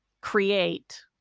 create